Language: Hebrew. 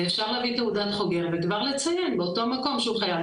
ואפשר להביא תעודת חוגר וכבר לציין לאותו מקום שהוא חייל,